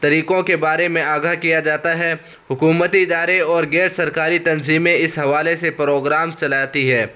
طریقوں کے بارے میں آگاہ کیا جاتا ہے حکومتی ادارے اور غیرسرکاری تنظیمیں اس حوالے سے پروگرام چلاتی ہے